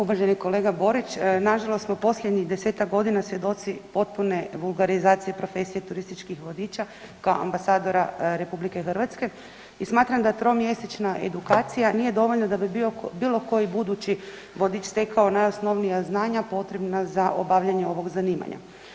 Uvaženi kolega Borić, nažalost smo posljednih 10-tak godina svjedoci potpune vulgarizacije profesije turističkih vodiča kao ambasadora RH i smatram da tromjesečna edukacija nije dovoljna da bi bilo koji budući vodič stekao najosnovnija znanja potrebna za obavljanje ovog zanimanja.